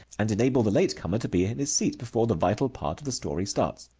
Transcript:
and enable the late-comer to be in his seat before the vital part of the story starts.